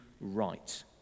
right